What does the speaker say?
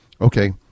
okay